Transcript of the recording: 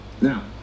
Now